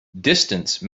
distance